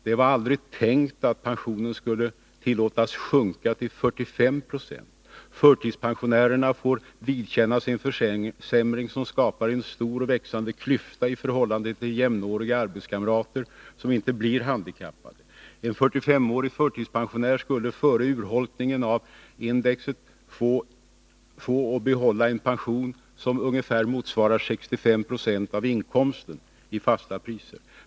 Det var aldrig tänkt att pensionen skulle tillåtas sjunka till 45 96. Förtidspensionärerna får vidkännas en försämring som skapar en stor och växande klyfta i förhållande till jämnåriga arbetskamrater som inte blir handikappade. En 45-årig förtidspensionär skulle före urholkningen av index få behålla en pension som ungefär motsvarade 65 90 av inkomsten i fasta priser.